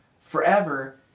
forever